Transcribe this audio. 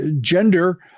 gender